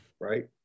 Right